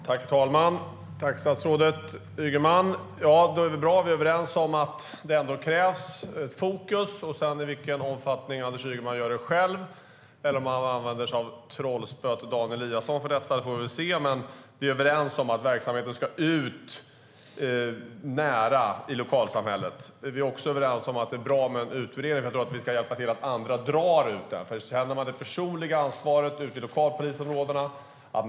Herr talman! Tack, statsrådet Ygeman! Det är bra att vi är överens om att det ändå krävs fokus. I vilken omfattning Anders Ygeman gör det själv eller om han använder sig av trollspöet och Dan Eliasson för detta får vi väl se, men vi är överens om att verksamheten ska ut nära i lokalsamhället. Vi är också överens om att det är bra med en utvärdering, för jag tror att vi ska hjälpa andra att dra ut verksamheten. Man ska känna det personliga ansvaret ute i lokalpolisområdena.